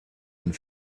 and